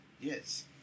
Yes